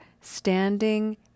Standing